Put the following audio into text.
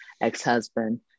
ex-husband